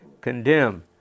condemn